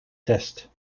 test